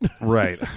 Right